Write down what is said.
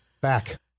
back